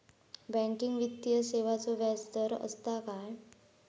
Banking वित्तीय सेवाचो व्याजदर असता काय?